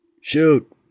Shoot